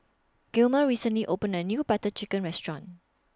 Gilmer recently opened A New Butter Chicken Restaurant